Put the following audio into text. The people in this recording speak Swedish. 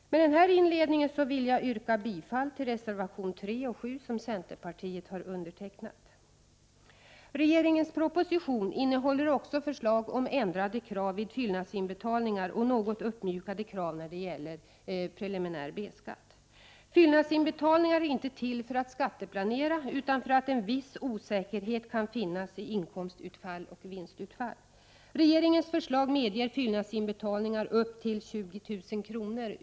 Med denna inledning vill jag yrka bifall till reservationerna 3 och 7, som centerpartiet har undertecknat. Regeringens proposition innehåller också förslag om ändrade krav vid fyllnadsinbetalningar och något uppmjukade krav när det gäller preliminär B-skatt. Fyllnadsinbetalningar är inte till för att skatteplanera, utan för att en viss osäkerhet kan finnas i fråga om inkomstutfall och vinstutfall. Regeringens förslag medger fyllnadsinbetalningar upp till 20 000 kr.